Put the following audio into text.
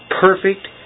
Perfect